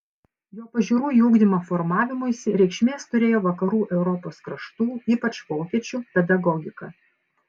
jo pažiūrų į ugdymą formavimuisi reikšmės turėjo vakarų europos kraštų ypač vokiečių pedagogika